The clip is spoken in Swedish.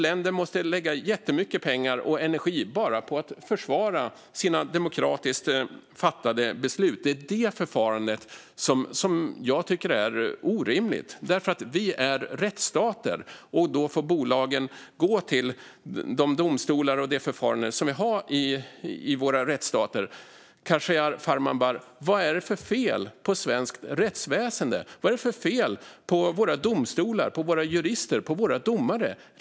Länder måste lägga jättemycket pengar och energi bara på att försvara sina demokratiskt fattade beslut. Det är det förfarandet som jag tycker är orimligt. Vi är rättsstater. Då får bolagen gå till de domstolar och de förfaranden som vi har i våra rättsstater. Vad är det för fel på svenskt rättsväsen, Khashayar Farmanbar? Vad är det för fel på våra domstolar, våra jurister och våra domare?